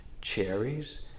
cherries